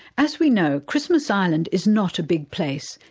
as we know, christmas island is not a big place,